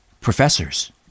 Professors